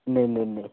नेईं नेईं नेईं